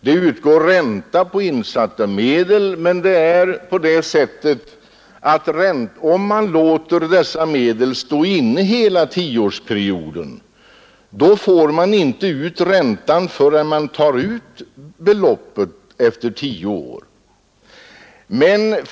Det utgår ränta på insatta medel, men om man låter medlen stå inne hela tioårsperioden, får man inte ta ut räntan förrän det totala beloppet utbetalas efter tio år.